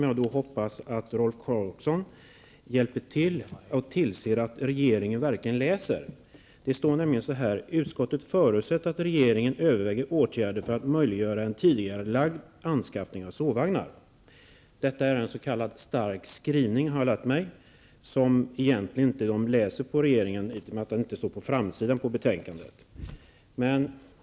Jag hoppas att Rolf Clarkson hjälper till att se till att regeringen verkligen läser detta. Det står nämligen så här: ''Utskottet förutsätter att regeringen överväger åtgärder för att möjliggöra en tidigarelagd anskaffning av sovvagnar.'' Detta är en s.k. stark skrivning, har jag lärt mig, som regeringen egentligen inte läser, eftersom den inte står på framsidan av betänkandet.